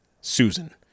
Susan